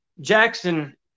Jackson